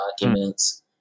documents